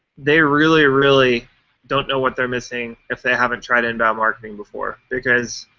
they really, really don't know what they're missing if they haven't tried inbound marketing before. because,